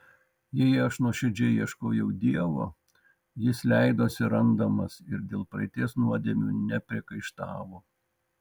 jei aš nuoširdžiai ieškojau dievo jis leidosi randamas ir dėl praeities nuodėmių nepriekaištavo